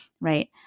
right